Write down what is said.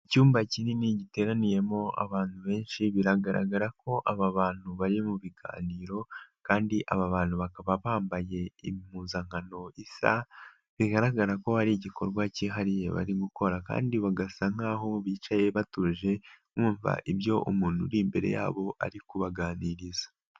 Icyumba kinini giteraniyemo abantu benshi biragaragara ko aba bantu bari mu biganiro kandi aba bantu bakaba bambaye impuzankano isa bigaragara ko hari igikorwa cyihariye bari gukora kandi bagasa nk'aho bicaye batuje, bumva ibyo umuntu uri imbere yabo ari kubaganiriza.